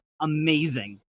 amazing